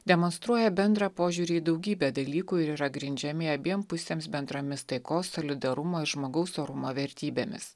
demonstruoja bendrą požiūrį į daugybę dalykų ir yra grindžiami abiem pusėms bendromis taikos solidarumo ir žmogaus orumo vertybėmis